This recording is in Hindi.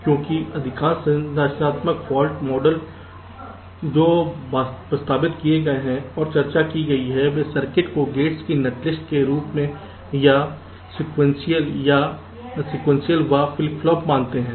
क्योंकि अधिकांश संरचनात्मक फाल्ट मॉडल जो प्रस्तावित किए गए हैं और चर्चा की गई है वे सर्किट को गेट्स की नेटलिस्ट के रूप में या या सीक्वेंशियल व फ्लिप फ्लॉप मानते हैं